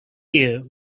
year